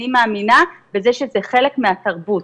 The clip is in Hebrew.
אני מאמינה בזה שזה חלק מהתרבות.